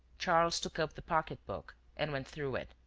charles took up the pocketbook and went through it.